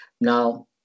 now